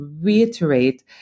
reiterate